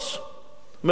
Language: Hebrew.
אומר לו: זה לא קדוש.